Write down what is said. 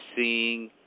seeing